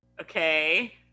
Okay